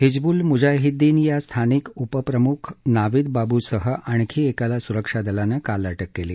हिजबून मुझाहिद्दीन या स्थानिक उपप्रमुख नावीद बाबूसह आणखी एकाला सुरक्षादलानं काल अटक केली